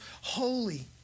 holy